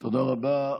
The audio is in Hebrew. תודה רבה.